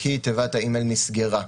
כי תיבת האימייל נסגרה,